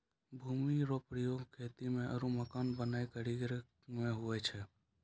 भूमि रो उपयोग खेती मे आरु मकान बनाय करि के रहै मे हुवै छै